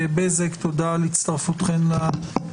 אני רוצה לומר את הדבר הבא בפתח הדברים: